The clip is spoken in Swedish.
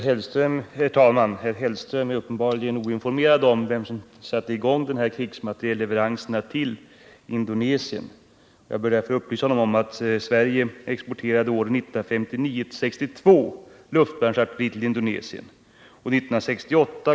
Herr talman! Herr Hellström är uppenbarligen oinformerad om vem som satte i gång de här krigsmaterielleveranserna till Indonesien. Jag bör därför upplysa honom om att Sverige åren 1959-1962 exporterade luftvärnsartilleri till Indonesien.